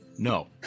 No